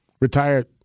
retired